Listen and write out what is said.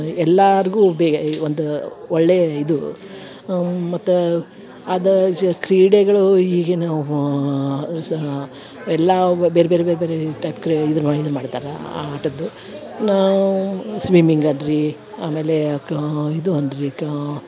ಎಲ್ಲಾರಿಗು ಬೇ ಒಂದು ಒಳ್ಳೆಯ ಇದು ಮತ್ತು ಅದ್ ಶ್ ಕ್ರೀಡೆಗಳು ಈಗಿನ ಸಾ ಎಲ್ಲಾ ಬೇರ್ಬೇರೆ ಬೇರ್ಬೇರೆ ಟೈಪ್ ಕ್ರೆ ಇದುನ್ನ ಇದುನ್ನ ಮಾಡಿದ್ದಾರಾ ಆ ಆಟದ್ದು ನಾವು ಸ್ವಿಮ್ಮಿಂಗ್ ಆಡ್ರಿ ಆಮೇಲೇ ಕಾ ಇದು ಅಲ್ರಿ ಕಾ